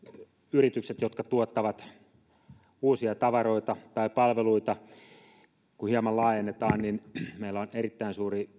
yritykset jotka tuottavat uusia tavaroita tai palveluita kun hieman laajennetaan niin meillä on erittäin suuri